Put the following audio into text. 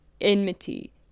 enmity